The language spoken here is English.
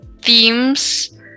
themes